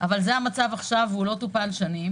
אבל זה המצב עכשיו והוא לא טופל שנים,